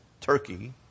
Turkey